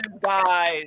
guys